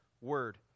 word